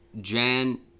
Jan